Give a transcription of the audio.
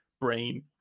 brain